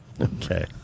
Okay